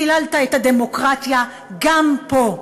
חיללת את הדמוקרטיה גם פה,